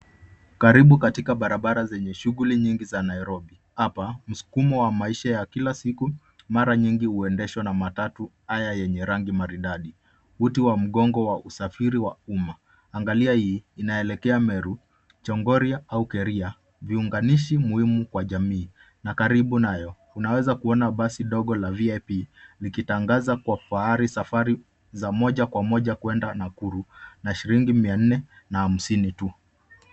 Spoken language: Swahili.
Karibu katika barabara zenye shuguli nyingi za Nairobi apa msukumo wa maisha ya kila siku mara nyingi uendeshwa na matatu haya yenye rangi maridadi. Uti wa mgongo wa usafiri wa umma, angalia hii inaelekea Meru, Chongoria au Keria viunganishi muhimu kwa jamii na karibu nayo unaweza kuona basi dogo la VIP likitangaza kwa pahali safari za moja kwa moja kwenda Nakuru na shilingi 450 tu.